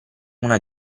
una